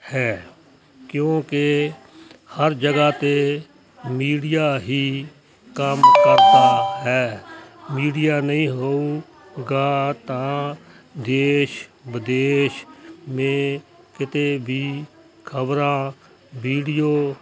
ਹੈ ਕਿਉਂਕਿ ਹਰ ਜਗ੍ਹਾ 'ਤੇ ਮੀਡੀਆ ਹੀ ਕੰਮ ਕਰਦਾ ਹੈ ਮੀਡੀਆ ਨਹੀਂ ਹੋਵੇਗਾ ਤਾਂ ਦੇਸ਼ ਵਿਦੇਸ਼ ਮੇਂ ਕਿਤੇ ਵੀ ਖ਼ਬਰਾਂ ਵੀਡੀਓ